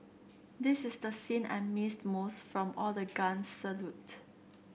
this is the scene I missed most from all the guns salute